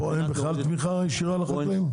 פה אין בכלל תמיכה ישירה לחקלאים?